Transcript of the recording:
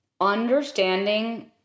understanding